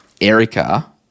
Erica